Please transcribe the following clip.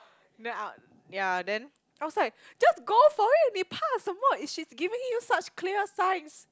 then i'll ya then I was like just go for it 你怕什么 she's giving you such clear signs